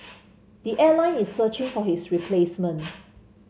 the airline is searching for his replacement